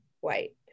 white